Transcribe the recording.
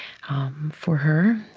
for her,